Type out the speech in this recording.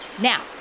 Now